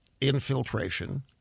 infiltration